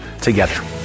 together